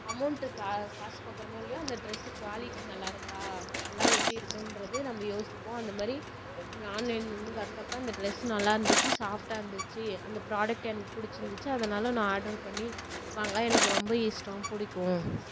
amount கா காசு பார்க்கறமோ இல்லையோ அந்த டிரெஸ்ஸு குவாலிட்டி நல்லாயிருக்கா எல்லா எப்படி இருக்குகிறது நம்ம யோசிப்போம் அந்த மாதிரி நான் ஆன்லைன்லிருந்து வந்தப்போ அந்த டிரெஸ் நல்லாயிருந்துச்சி சாஃப்ட்டாக இருந்துச்சு அந்த ப்ரோடக்ட் எனக்கு பிடிச்சிந்துச்சி அதனால நான் ஆர்ட்ரு பண்ணி வாங்க எனக்கு ரொம்ப இஷ்டம் பிடிக்கும்